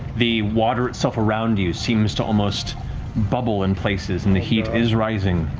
the water itself around you seems to almost bubble in places, and the heat is rising